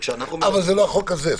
אבל זה לא החוק הזה.